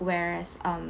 where as um